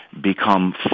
become